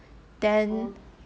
okay